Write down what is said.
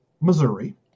Missouri